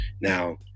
Now